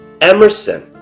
Emerson